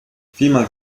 viermal